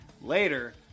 Later